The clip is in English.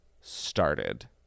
started